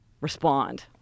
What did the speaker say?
respond